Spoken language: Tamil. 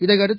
இதையடுத்து